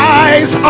eyes